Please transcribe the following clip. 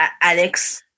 Alex